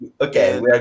okay